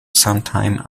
sometime